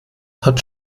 hat